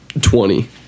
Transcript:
twenty